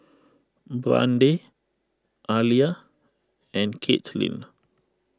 Brande Aliyah and Katelin